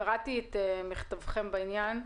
קראתי את מכתבתם בעניין.